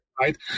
right